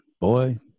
boy